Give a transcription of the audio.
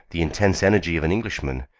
the intense energy of an englishman,